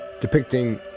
depicting